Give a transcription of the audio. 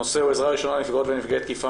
הנושא הוא עזרה ראשונה לנפגעות ולנפגעי תקיפה